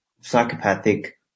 psychopathic